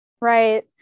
Right